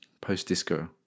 post-disco